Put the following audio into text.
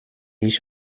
ich